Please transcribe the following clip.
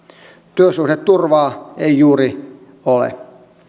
työsuhdeturvaa ei juuri ole